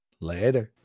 Later